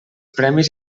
premis